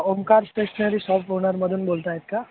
Omkar stationery shop ओनरमधून बोलत आहेत का